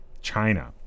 China